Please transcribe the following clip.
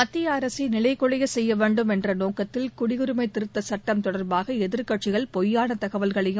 மத்திய அரசை நிலைகுலையச் செய்ய வேண்டும் என்ற நோக்கத்தில் குடியுரிமை திருத்த சட்டம் தொடர்பாக எதிர்க்கட்சிகள் பொய்யான தகவல்களையும்